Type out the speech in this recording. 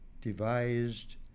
devised